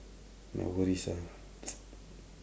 my worries ah